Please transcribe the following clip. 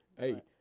hey